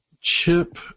Chip